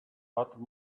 but